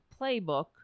playbook